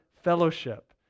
fellowship